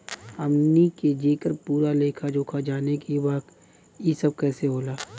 हमनी के जेकर पूरा लेखा जोखा जाने के बा की ई सब कैसे होला?